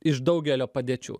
iš daugelio padėčių